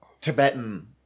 Tibetan